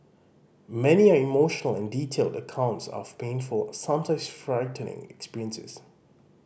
many are emotional and detailed accounts of painful sometimes frightening experiences